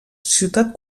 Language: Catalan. ciutat